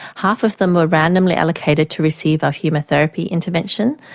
half of them were randomly allocated to receive our humour therapy intervention,